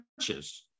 churches